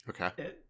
Okay